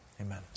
Amen